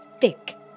thick